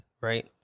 right